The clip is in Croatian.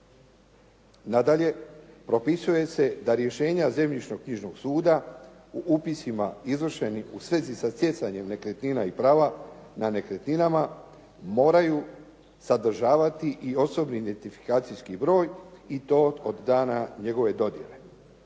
Nadalje, propisuje se da rješenja zemljišno-knjižnog suda u upisima izvršeni u svezi sa stjecanjem nekretnina i prava na nekretninama moraju sadržavati i osobni identifikacijski broj i to od dana njegove dodjele.